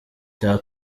cya